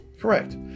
Correct